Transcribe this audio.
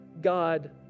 God